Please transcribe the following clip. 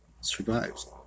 survives